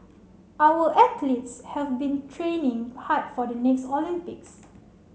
our athletes have been training hard for the next Olympics